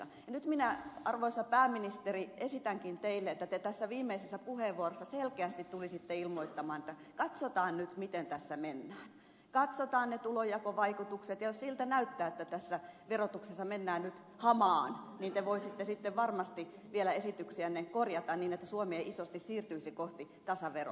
nyt minä arvoisa pääministeri esitänkin teille että te tässä viimeisessä puheenvuorossa selkeästi tulisitte ilmoittamaan että katsotaan nyt miten tässä mennään katsotaan ne tulonjakovaikutukset ja jos siltä näyttää että tässä verotuksessa mennään nyt hamaan niin te voisitte sitten varmasti vielä esityksiänne korjata niin että suomi ei isosti siirtyisi kohti tasaveroa